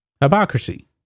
Hypocrisy